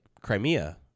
Crimea